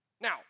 Now